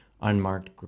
Unmarked